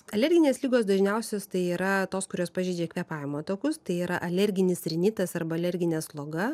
alerginės ligos dažniausios tai yra tos kurios pažeidžia kvėpavimo takus tai yra alerginis rinitas arba alerginė sloga